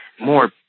more